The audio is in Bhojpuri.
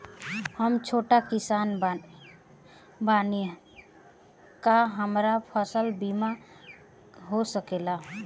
हम छोट किसान बानी का हमरा फसल बीमा हो सकेला?